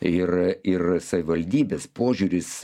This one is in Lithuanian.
ir ir savivaldybės požiūris